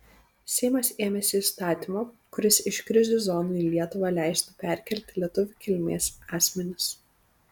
seimas ėmėsi įstatymo kuris iš krizių zonų į lietuvą leistų perkelti lietuvių kilmės asmenis